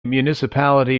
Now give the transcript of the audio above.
municipality